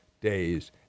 days